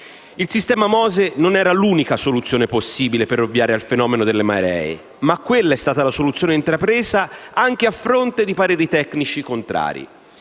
Il sistema MOSE non era l'unica soluzione possibile per ovviare al fenomeno delle maree, ma quella è stata la soluzione intrapresa, anche a fronte di pareri tecnici contrari.